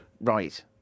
Right